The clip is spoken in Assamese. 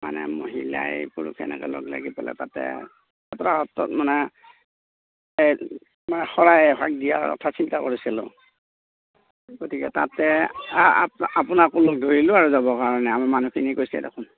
মানে মহিলাই পুৰুষে এনেকৈ লগ লাগি পেলাই তাতে সত্ৰত মানে শৰাই এভাগ দিয়াৰ কথা চিন্তা কৰিছিলোঁ গতিকে তাতে আপোনা আপোনাকো লগ ধৰিলোঁ আৰু যাবৰ কাৰণে আমাৰ মানুহখিনি কৈছে দেখোন